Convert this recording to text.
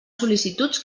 sol·licituds